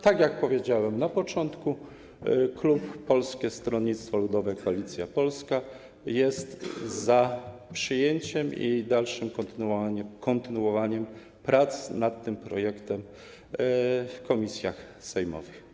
Tak jak powiedziałem na początku, klub Polskie Stronnictwo Ludowe - Koalicja Polska jest za przyjęciem kontynuowaniem prac nad tym projektem w komisjach sejmowych.